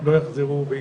לא יחזרו.